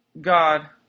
God